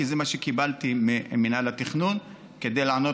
כי זה מה שקיבלתי ממינהל התכנון כדי לענות